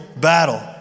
battle